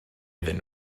iddyn